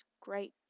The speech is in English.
great